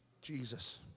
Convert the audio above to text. Jesus